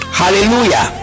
hallelujah